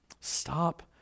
Stop